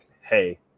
hey